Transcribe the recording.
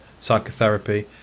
psychotherapy